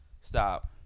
Stop